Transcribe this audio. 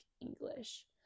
English